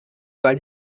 weil